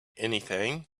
anything